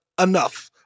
enough